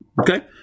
Okay